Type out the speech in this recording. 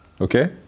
okay